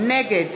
נגד